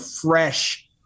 fresh